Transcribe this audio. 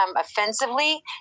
offensively